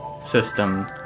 system